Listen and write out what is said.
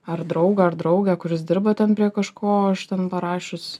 ar draugą ar draugę kuris dirba ten prie kažko o aš ten parašius